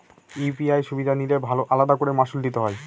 UPI সুবিধা নিলে আলাদা করে মাসুল দিতে হয়?